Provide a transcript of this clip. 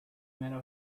matter